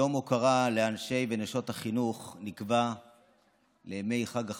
יום הוקרה לאנשי ונשות החינוך נקבע לימי חג החנוכה,